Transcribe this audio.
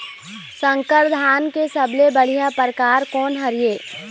संकर धान के सबले बढ़िया परकार कोन हर ये?